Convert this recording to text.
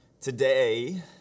Today